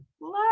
Love